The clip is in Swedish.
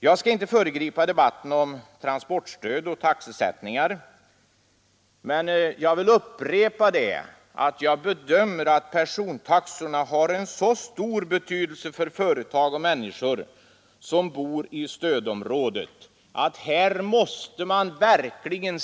Jag skall inte föregripa debatten om transportstöd och taxesättningar, men jag vill upprepa att jag bedömer att persontaxorna har:-en så stor betydelse för företag och människor som bor i stödområdet att man verkligen måste se över dessa.